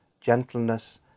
gentleness